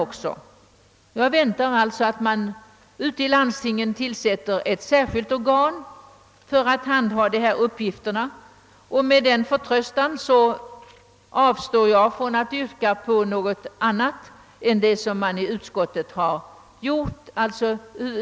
Jag förväntar mig alltså, att man i landstingen kommer att tillsätta ett särskilt organ för att handha uppgifterna. Med denna förtröstan avstår jag från annat yrkande än om bifall till utskottets hemställan.